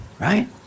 Right